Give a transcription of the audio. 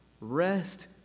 Rest